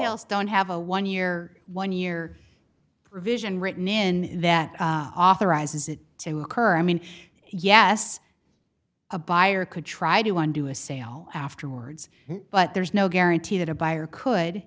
models don't have a one year one year provision written in that authorizes it to occur i mean yes a buyer could try to undo a sale afterwards but there's no guarantee that a buyer could